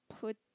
put